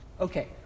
Okay